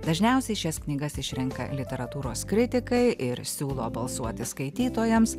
dažniausiai šias knygas išrenka literatūros kritikai ir siūlo balsuoti skaitytojams